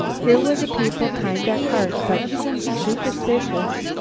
here was a people kind at heart but superstitious.